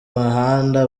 mihanda